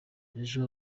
ejo